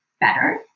better